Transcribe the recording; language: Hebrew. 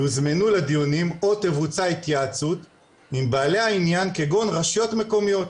יוזמנו לדיונים או תבוצע התייעצות עם בעלי העניין כגון רשויות מקומיות".